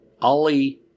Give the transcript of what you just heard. Ali